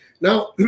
Now